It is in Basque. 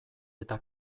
eta